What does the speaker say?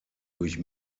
durch